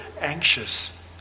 anxious